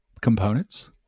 components